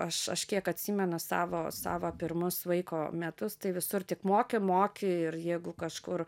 aš aš kiek atsimenu savo savo pirmus vaiko metus tai visur tik moki moki ir jeigu kažkur